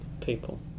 people